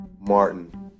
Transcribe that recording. Martin